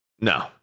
No